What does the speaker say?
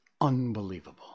unbelievable